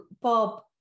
Bob